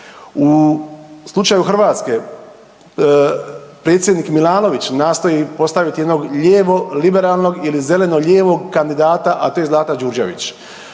U slučaju Hrvatske predsjednik Milanović nastoji postavit jednog lijevo liberalnog ili zeleno lijevog kandidata, a to je Zlata Đurđević.